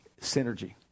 Synergy